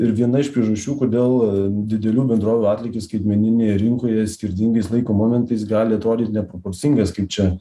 ir viena iš priežasčių kodėl didelių bendrovių atlygis skaitmeninėje rinkoje skirtingais laiko momentais gali atrodyt neproporcingas kaip čia